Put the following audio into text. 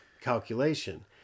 calculation